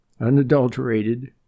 unadulterated